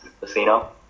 casino